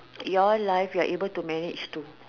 your life you're able to manage to